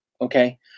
okay